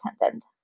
attendant